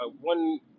one